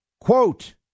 Quote